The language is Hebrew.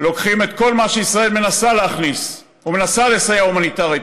לוקחים את כל מה שישראל מנסה להכניס ומנסה לסייע הומניטרית,